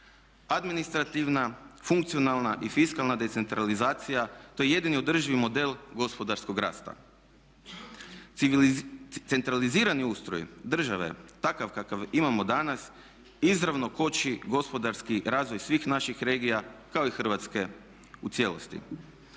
Administrativna, funkcionalna i fiskalna decentralizacija to je jedini održivi model gospodarskog rasta. Centralizirani ustroj države takav kakav imamo danas izravno koči gospodarski razvoj svih naših regija kao i Hrvatske u cijelosti.